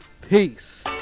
Peace